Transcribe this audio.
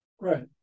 Right